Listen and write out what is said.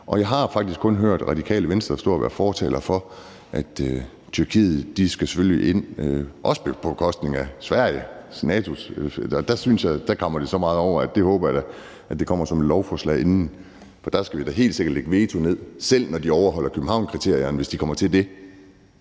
Jeg har faktisk kun hørt Radikale Venstre stå og være fortalere for, at Tyrkiet selvfølgelig skal ind, også på bekostning af Sveriges medlemskab af NATO. Og der synes jeg, det kammer så meget over, at jeg da håber, at der kommer et lovforslag inden, for der skal vi da helt sikkert nedlægge veto – selv når de overholder Københavnskriterierne, hvis de kommer til det.